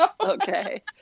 Okay